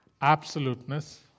absoluteness